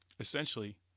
Essentially